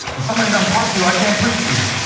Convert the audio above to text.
if somebody doesn't park you, i can't preach to you.